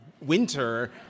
winter